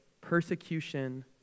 persecution